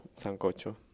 Sancocho